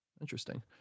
interesting